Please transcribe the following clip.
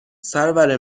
سرور